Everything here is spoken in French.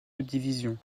subdivisions